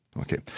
Okay